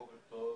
בוקר טוב.